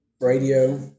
radio